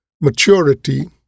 Maturity